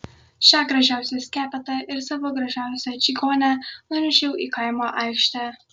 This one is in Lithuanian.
šią gražiausią skepetą ir savo gražiausią čigonę nunešiau į kaimo aikštę